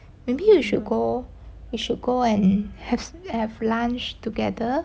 maybe you should go you should go and have have lunch together